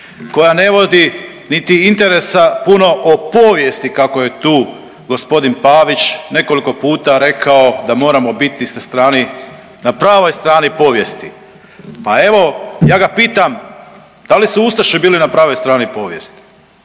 koja ne vodi niti interesa puno o povijesti kako je tu g. Pavić nekoliko puta rekao da moramo biti na strani, na pravoj strani povijesti. Pa evo ja ga pitam da li su ustaše bile na pravoj strani povijesti?